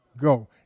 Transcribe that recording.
go